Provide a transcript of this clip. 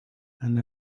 and